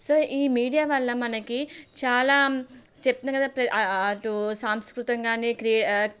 so ఈ media వల్ల మనకి చాలా చెప్తున్నాను కదా అటు సాంస్కృతం కానీ